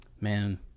man